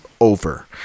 over